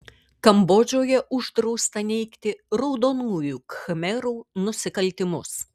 kambodžoje uždrausta neigti raudonųjų khmerų nusikaltimus